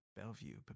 Bellevue